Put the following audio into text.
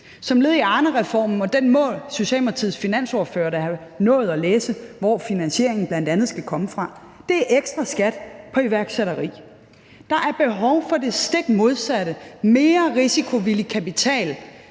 som led i Arnereformen, og den må Socialdemokratiets finansordfører da have nået at læse, i forhold til hvor finansieringen bl.a. skal komme fra. Det er ekstra skat på iværksætteri. Der er behov for det stik modsatte: mere risikovillig kapital.